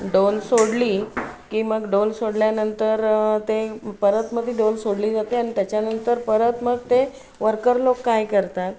डोल सोडली की मग डोल सोडल्यानंतर ते परत मग ती डोल सोडली जाते आणि त्याच्यानंतर परत मग ते वर्कर लोक काय करतात